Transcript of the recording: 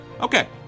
Okay